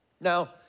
Now